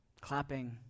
clapping